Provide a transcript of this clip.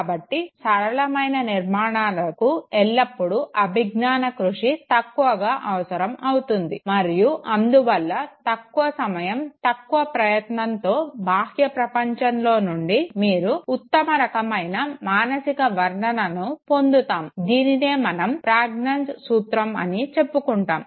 కాబట్టి సరళమైన నిర్మాణాలకు ఎల్లప్పుడూ అభిజ్ఞాన కృషి తక్కువగా అవసరం అవుతుంది మరియు అందువల్ల తక్కువ సమయం తక్కువ ప్రయత్నంతో బాహ్య ప్రపంచం నుండి మీరు ఉత్తమ రకమైన మానసిక వర్ణనను పొందుతాము దీనినే మనం ప్రజ్ఞాంజ్ సూత్రం అని చెప్పుకుంటాము